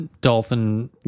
dolphin